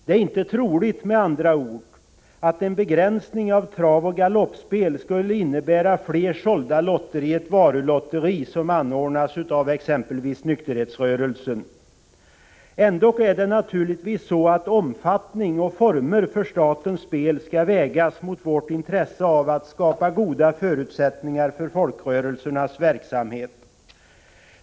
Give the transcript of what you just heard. Det är med andra ord inte troligt att en begränsning av travoch galoppspel skulle innebära fler sålda lotter i ett varulotteri som anordnas av exempelvis nykterhetsrörelsen. Ändock är det naturligtvis så att omfattningen av och formerna för statens spel skall vägas mot vårt intresse av att skapa goda förutsättningar för folkrörelsernas verksamhet.